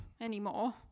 anymore